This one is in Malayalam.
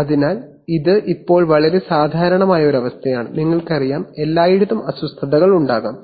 അതിനാൽ ഇത് ഇപ്പോൾ വളരെ സാധാരണമായ ഒരു അവസ്ഥയാണ് നിങ്ങൾക്കറിയാം എല്ലായിടത്തും അസ്വസ്ഥതകൾ ഉണ്ടാകാം